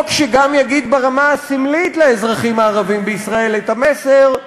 חוק שגם יגיד ברמה הסמלית לאזרחים הערבים בישראל את המסר: